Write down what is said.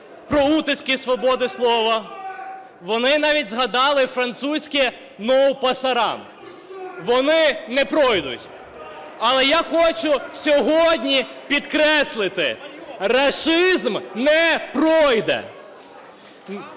про утиски свободи слова, вони навіть згадали французьке "No pasaran". Вони не пройдуть. Але я хочу сьогодні підкреслити, рашизм не пройде,